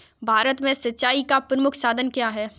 भारत में सिंचाई का प्रमुख साधन क्या है?